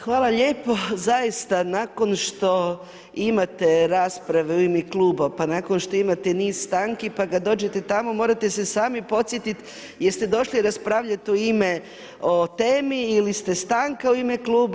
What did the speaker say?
Hvala lijepo, zaista, nakon što imate rasprave u ime kluba, pa nakon što imate niz stanki, pa kad dođete tamo, morate se sami podsjetiti jel ste došli raspravljati u ime o temi ili ste stanka u ime kluba.